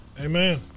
Amen